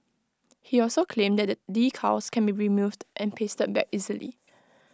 he also claimed that the decals can be removed and pasted back easily